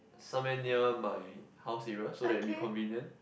somewhere near my house area so that it'll be convenient